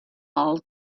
all